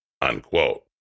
Unquote